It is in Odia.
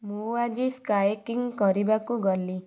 ମୁଁ ଆଜି ସ୍କାଏକିଂ କରିବାକୁ ଗଲି